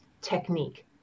technique